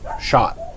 shot